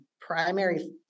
primary